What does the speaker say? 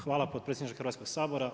Hvala potpredsjedniče Hrvatskog sabora.